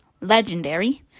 Legendary